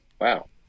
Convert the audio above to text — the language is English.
Wow